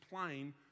plain